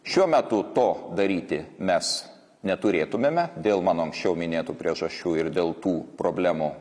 šiuo metu to daryti mes neturėtumėme dėl mano anksčiau minėtų priežasčių ir dėl tų problemų